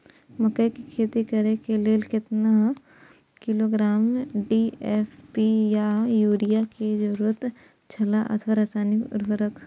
मकैय के खेती करे के लेल केतना किलोग्राम डी.ए.पी या युरिया के जरूरत छला अथवा रसायनिक उर्वरक?